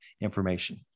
information